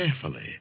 carefully